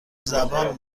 زبان